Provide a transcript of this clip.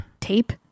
Tape